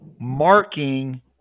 marking